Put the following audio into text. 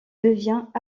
devient